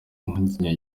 impungenge